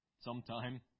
sometime